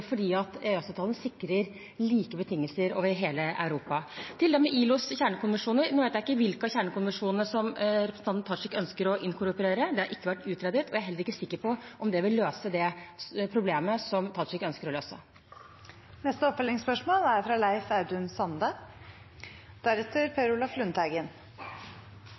fordi EØS-avtalen sikrer like betingelser over hele Europa. Til dette med ILOs kjernekonvensjoner: Jeg vet ikke hvilke av kjernekonvensjonene som representanten Tajik ønsker å inkorporere. Det har ikke vært utredet, og jeg er heller ikke sikker på om det vil løse det problemet som Tajik ønsker å løse. Leif Audun Sande – til oppfølgingsspørsmål.